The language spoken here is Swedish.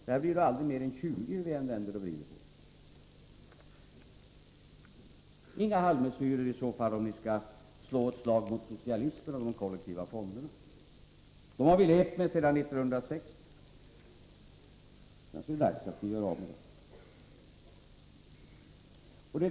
Det här blir aldrig, hur ni än vänder och vrider på det, mer än 20 miljarder. Inga halvmesyrer, om ni skall slå ett slag mot socialismen och de kollektiva fonderna! Dem har vi levt med sedan 1960. Det kanske är dags att vi gör av med dem.